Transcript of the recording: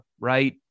right